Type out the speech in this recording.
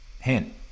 Hint